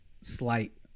slight